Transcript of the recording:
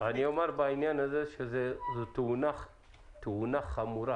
זאת תאונה חמורה.